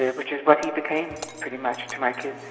which is what he became pretty much to my kids.